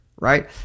right